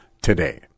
today